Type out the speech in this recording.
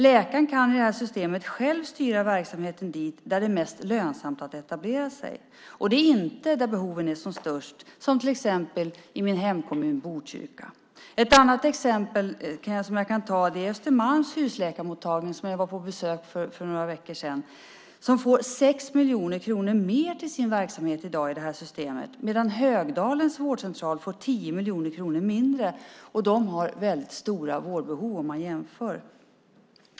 Läkaren kan i det här systemet själv styra verksamheten dit där det är mest lönsamt att etablera sig, och det är inte där behoven är som störst som till exempel i min hemkommun Botkyrka. Ett annat exempel som jag kan ta är Östermalms husläkarmottagning där jag var på besök för några veckor sedan. Den får 6 miljoner kronor mer till sin verksamhet i dag i det här systemet, medan Högdalens vårdcentral får 10 miljoner kronor mindre, och den har väldigt stora vårdbehov om man jämför.